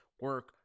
Work